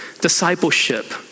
Discipleship